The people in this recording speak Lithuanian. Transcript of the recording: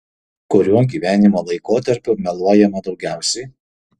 kuriuo gyvenimo laikotarpiu meluojama daugiausiai